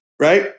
Right